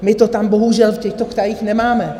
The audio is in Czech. My to tam bohužel v těchto krajích nemáme.